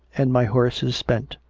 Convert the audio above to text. and my horse is spent.